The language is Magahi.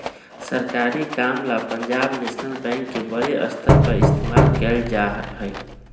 सरकारी काम ला पंजाब नैशनल बैंक के बडे स्तर पर इस्तेमाल कइल जा हई